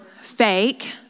Fake